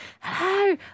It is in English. hello